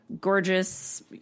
Gorgeous